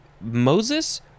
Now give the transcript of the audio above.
Moses